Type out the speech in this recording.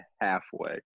halfway